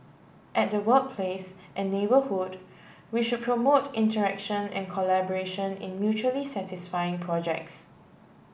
at the workplace and neighbourhood we should promote interaction and collaboration in mutually satisfying projects